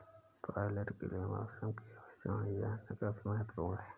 pilot के लिए मौसम की भविष्यवाणी जानना काफी महत्त्वपूर्ण है